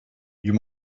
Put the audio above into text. you